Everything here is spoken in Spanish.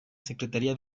secretaría